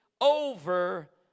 over